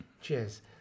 cheers